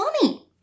funny